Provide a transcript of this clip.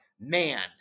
man